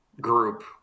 group